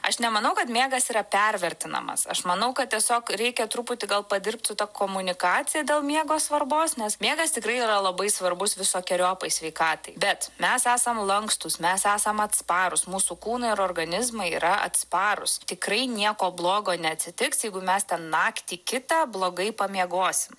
aš nemanau kad miegas yra pervertinamas aš manau kad tiesiog reikia truputį gal padirbt su ta komunikacija dėl miego svarbos nes miegas tikrai yra labai svarbus visokeriopai sveikatai bet mes esam lankstūs mes esam atsparūs mūsų kūnai ir organizmai yra atsparūs tikrai nieko blogo neatsitiks jeigu mes ten naktį kitą blogai pamiegosim